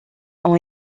ont